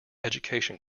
education